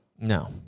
No